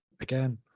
again